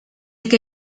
que